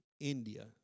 India